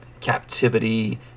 captivity